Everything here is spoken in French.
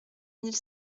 mille